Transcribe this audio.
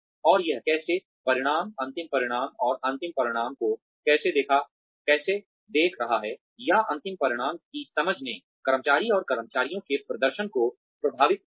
और यह कैसे परिणाम अंतिम परिणाम और अंतिम परिणाम को कैसे देख रहा है या अंतिम परिणाम की समझ ने कर्मचारी और कर्मचारियों के प्रदर्शन को प्रभावित किया